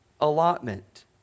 allotment